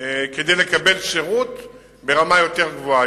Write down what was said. כדי לקבל שירות ברמה יותר גבוהה.